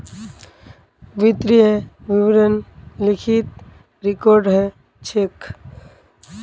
वित्तीय विवरण लिखित रिकॉर्ड ह छेक